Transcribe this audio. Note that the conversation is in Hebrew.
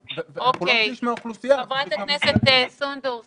--- חברת הכנסת סונדוס סאלח,